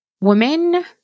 women